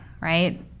right